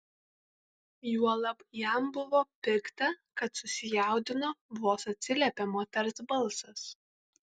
juolab jam buvo pikta kad susijaudino vos atsiliepė moters balsas